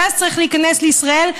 הגז צריך להיכנס לישראל,